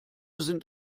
sind